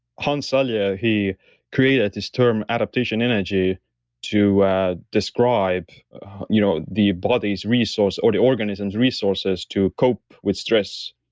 hans selye, ah yeah he created this term adaptation energy to ah describe you know the body's resource or the organism's resources to cope with stress.